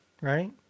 Right